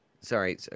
Sorry